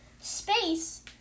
space